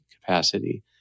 capacity